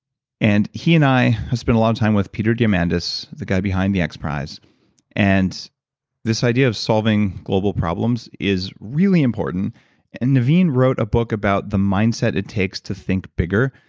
and he and i have spent a lot of time with peter diamandis the guy behind the xprize. and this idea of solving global problems is really important and naveen wrote a book about the mindset it takes to think bigger,